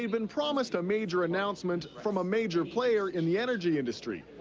been promised a major announcement from a major player in the energy industry.